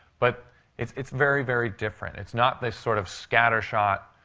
but it's it's very, very different. it's not this sort of scattershot,